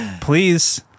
Please